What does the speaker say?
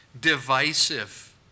divisive